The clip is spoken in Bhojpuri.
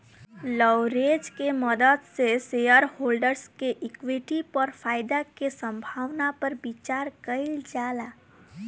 लेवरेज के मदद से शेयरहोल्डर्स के इक्विटी पर फायदा के संभावना पर विचार कइल जाला